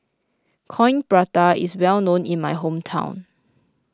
Coin Prata is well known in my hometown